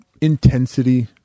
intensity